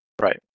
Right